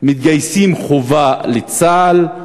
מתגייסים חובה לצה"ל,